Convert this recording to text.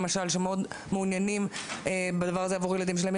שמאוד מעוניינים בדבר הזה עבור הילדים שלהם.